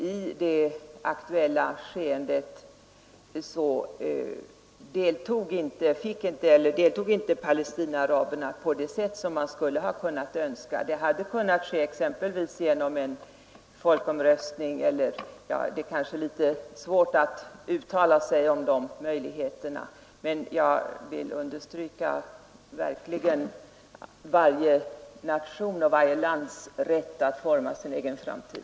I det aktuella skeendet deltog inte Palestinaraberna på det sätt som man skulle ha kunnat önska. Det hade kanske kunnat ske, exempelvis genom en folkomröstning, men det är svårt att uttala sig om de olika möjligheterna. Jag vill ändå understryka varje nations och varje lands rätt att forma sin egen framtid.